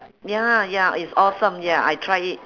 ya ya is awesome ya I tried it